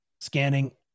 scanning